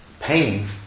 pain